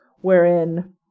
wherein